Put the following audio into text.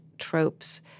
tropes